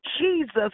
Jesus